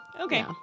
okay